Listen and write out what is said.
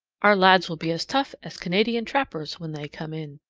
our lads will be as tough as canadian trappers when they come in.